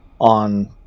on